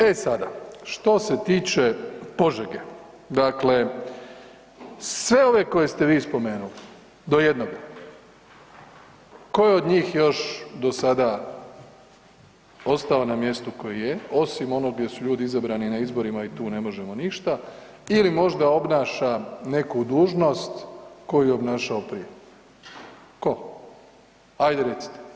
E sada, što se tiče Požege, dakle sve ove koje ste vi spomenuli do jednoga tko je od njih još do sada ostao na mjestu koje je osim onog gdje su ljudi izabrani na izborima i tu ne možemo ništa ili možda obnaša neku dužnost koju je obnašao prije, tko, ajde recite.